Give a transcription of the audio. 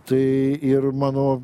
tai ir mano